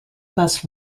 bus